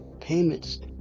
payments